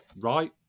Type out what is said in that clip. right